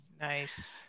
nice